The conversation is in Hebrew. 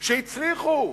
שהצליחו,